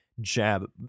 jab